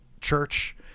church